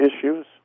issues